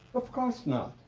of course not.